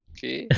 Okay